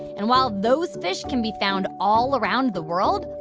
and while those fish can be found all around the world,